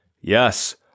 Yes